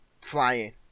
Flying